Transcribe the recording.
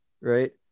right